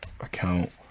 account